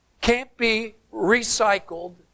can't-be-recycled